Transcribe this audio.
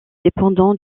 dépendant